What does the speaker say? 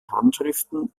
handschriften